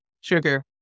sugar